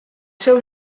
seu